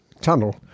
tunnel